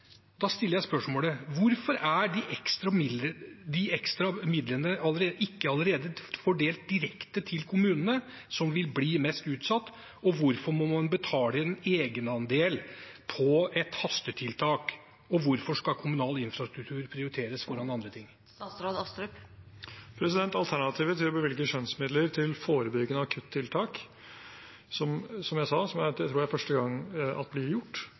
Da spør jeg: Hvorfor er ikke de ekstra midlene allerede fordelt direkte til kommunene som vil bli mest utsatt, hvorfor må man betale en egenandel for et hastetiltak, og hvorfor skal kommunal infrastruktur prioriteres foran andre ting? Alternativet til å bevilge skjønnsmidler til forebyggende akuttiltak – som, som jeg sa, jeg tror det er første gang blir gjort